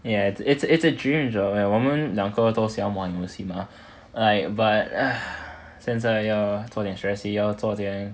ya it's it's it's a dream job 我们两个都喜欢玩游戏 mah like but 现在要做点学习要做先